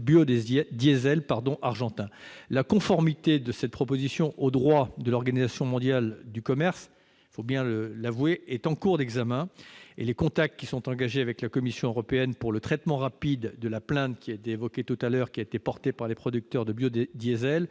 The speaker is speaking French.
biodiesel argentin. La conformité de cette proposition au droit de l'Organisation mondiale du commerce, il faut bien l'avouer, est en cours d'examen, et les contacts engagés avec la Commission européenne pour le traitement rapide de la plainte déposée par les producteurs de biodiesel